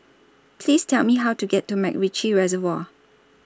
Please Tell Me How to get to Macritchie Reservoir